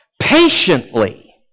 Patiently